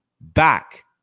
back